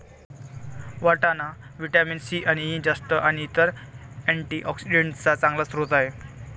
वाटाणा vitamin C आणि E, जस्त आणि इतर अँटीऑक्सिडेंट्सचा चांगला स्रोत आहे